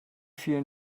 vielen